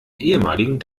ehemaligen